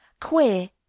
Queer